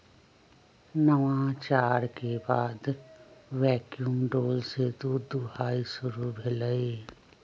नवाचार के बाद वैक्यूम डोल से दूध दुहनाई शुरु भेलइ